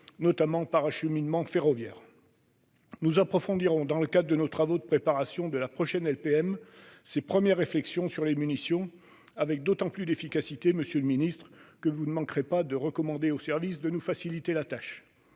notamment par acheminement ferroviaire. Nous approfondirons dans le cadre de nos travaux de préparation de la prochaine LPM ces premières réflexions sur les munitions, avec d'autant plus d'efficacité, monsieur le ministre, que vous recommanderez aux services de faciliter notre tâche.